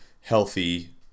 healthy